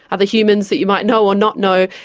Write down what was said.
other humans that you might know or not know,